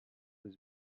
was